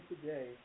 today